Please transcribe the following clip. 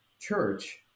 church